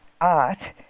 art